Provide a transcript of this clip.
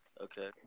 Okay